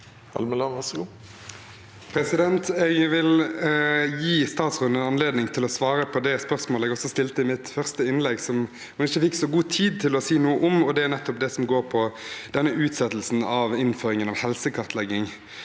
Jeg vil gi statsråd- en en anledning til å svare på spørsmålet jeg stilte i mitt første innlegg, som hun ikke fikk så god tid til å si noe om. Det gjelder nettopp det som går på utsettelsen av innføringen av helsekartlegging.